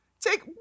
take